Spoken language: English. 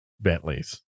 bentley's